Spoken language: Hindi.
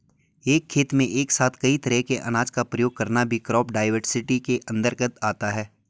एक खेत में एक साथ कई तरह के अनाज का प्रयोग करना भी क्रॉप डाइवर्सिटी के अंतर्गत आता है